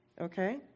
Okay